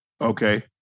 Okay